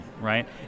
right